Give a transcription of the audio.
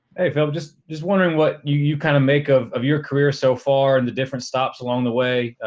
hey, phil, i'm just just wondering what you you kind of make of of your career so far and the different stops along the way.